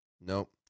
nope